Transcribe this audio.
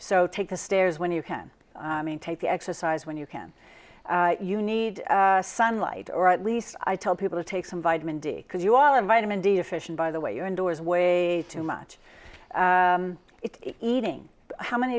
so take the stairs when you can take the exercise when you can you need sunlight or at least i tell people to take some vitamin d because you all have vitamin d deficient by the way you're indoors way too much it eating how many